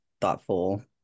thoughtful